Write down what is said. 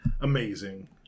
amazing